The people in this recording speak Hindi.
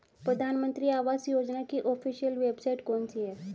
प्रधानमंत्री आवास योजना की ऑफिशियल वेबसाइट कौन सी है?